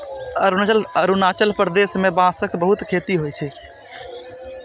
अरुणाचल प्रदेश मे बांसक बहुत खेती होइ छै